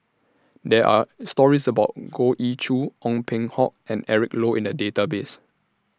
There Are stories about Goh Ee Choo Ong Peng Hock and Eric Low in The Database